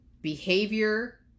Behavior